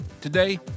Today